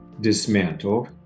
dismantled